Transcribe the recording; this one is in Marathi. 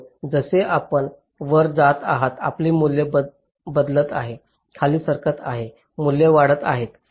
म्हणून जसे आपण वर जात आहात आपली मूल्ये बदलत आहेत खाली सरकत आहेत मूल्ये वाढत आहेत